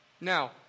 Now